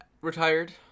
retired